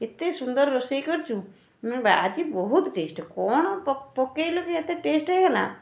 ଏତେ ସୁନ୍ଦର ରୋଷେଇ କରିଛୁ ନା ବା ଆଜି ବହୁତ ଟେଷ୍ଟ କ'ଣ ପକେଇଲୁକି ଏତେ ଟେଷ୍ଟ ହେଇଗଲା